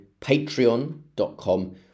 patreon.com